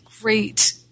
great